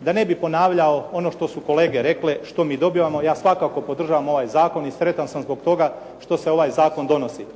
Da ne bih ponavljao ono što su kolege rekle, što mi dobivamo, ja svakako podržavam ovaj zakon i sretan sam zbog toga što se ovaj zakon donosi.